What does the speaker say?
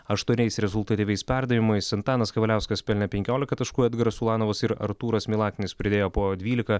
aštuoniais rezultatyviais perdavimais antanas kavaliauskas pelnė penkiolika taškų edgaras ulanovas ir artūras milaknis pridėjo po dvylika